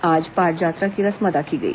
आज पाटजात्रा की रस्म अदा की गई